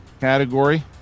Category